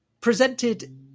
presented